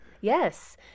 Yes